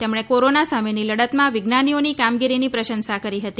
તેમણે કોરોના સામેની લડતમાં વિજ્ઞાનીઓની કામગીરીની પ્રશંસા કરી હતી